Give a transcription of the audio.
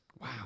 Wow